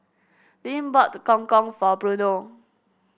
Lynn bought Gong Gong for Bruno